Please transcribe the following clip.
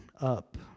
up